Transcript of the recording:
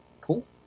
Cool